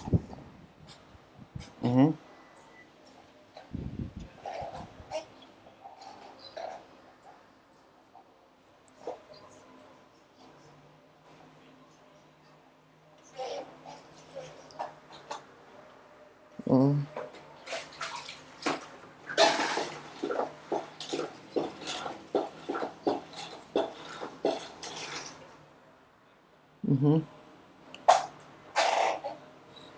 mmhmm mmhmm mmhmm